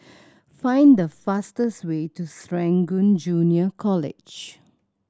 find the fastest way to Serangoon Junior College